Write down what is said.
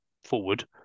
forward